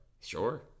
Sure